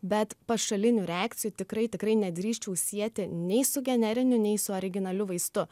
bet pašalinių reakcijų tikrai tikrai nedrįsčiau sieti nei su generiniu nei su originaliu vaistu